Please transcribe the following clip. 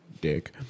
Dick